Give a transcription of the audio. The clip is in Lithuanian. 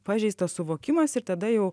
pažeistas suvokimas ir tada jau